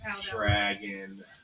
dragon